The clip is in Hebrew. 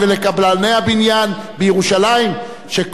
שכל קבלן בניין היה גם פועל בניין,